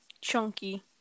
Chunky